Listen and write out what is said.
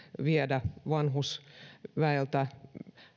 viedä vanhusväeltä